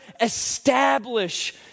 establish